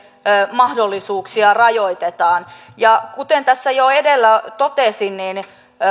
mahdollisuuksia rajoitetaan kuten tässä jo edellä totesin